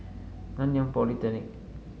Nanyang Polytechnic